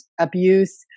abuse